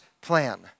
plan